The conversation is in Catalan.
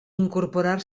incorporar